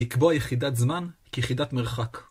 לקבוע יחידת זמן כיחידת מרחק.